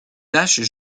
taches